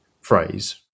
phrase